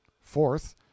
Fourth